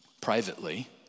privately